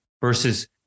versus